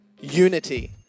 Unity